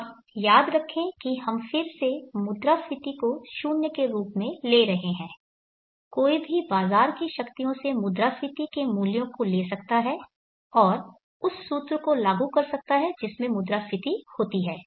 अब याद रखें कि हम फिर से मुद्रास्फीति को 0 के रूप में ले रहे हैं कोई भी बाजार की शक्तियों से मुद्रास्फीति के मूल्यों को ले सकता है और उस सूत्र को लागू कर सकता है जिस में मुद्रास्फीति होती है